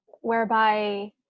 Whereby